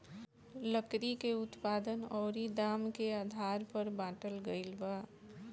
लकड़ी के उत्पादन अउरी दाम के आधार पर बाटल गईल बा